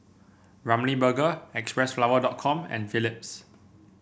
Ramly Burger Xpressflower dot com and Philips